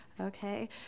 okay